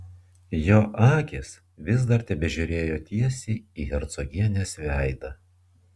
jo akys vis dar tebežiūrėjo tiesiai į hercogienės veidą